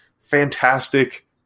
fantastic